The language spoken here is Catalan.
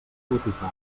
botifarra